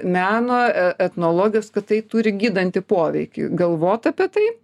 meno e etnologijos kad tai turi gydantį poveikį galvot apie tai